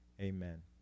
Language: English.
amen